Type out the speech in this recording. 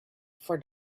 for